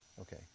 Okay